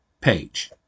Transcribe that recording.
page